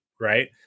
right